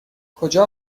کجا